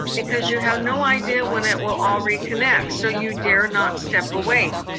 because you have no idea when it will all reconnect, so you dare not step away.